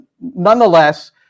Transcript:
nonetheless